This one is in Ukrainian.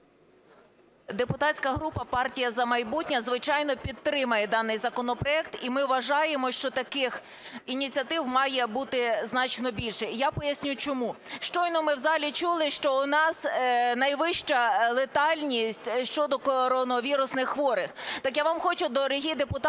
Депутатська група "Партія "За майбутнє", звичайно, підтримає даний законопроект, і ми вважаємо, що таких ініціатив має бути значно більше, я поясню чому. Щойно ми в залі чули, що у нас найвища летальність щодо коронавірусних хворих.